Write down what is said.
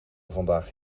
vandaag